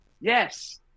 Yes